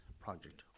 project